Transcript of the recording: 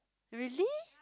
really